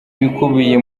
ibikubiye